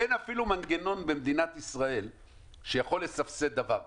אין אפילו מנגנון במדינת ישראל שיכול לסבסד דבר כזה,